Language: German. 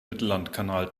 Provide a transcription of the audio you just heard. mittellandkanal